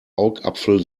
augapfel